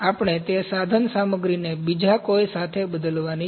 આપણે તે સાધનસામગ્રીને બીજા કોઈ સાથે બદલવાની છે